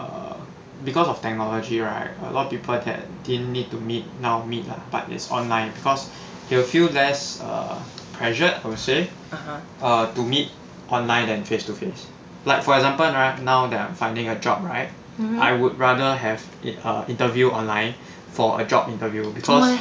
err because of technology right a lot of people that didn't need to meet now meet ah but is online because there are a few less err pressured I would say err to meet online than face to face like for example right now they're finding a job right I would rather have it err interview online for a job interview because